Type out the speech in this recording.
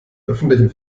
öffentlichen